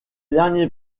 derniers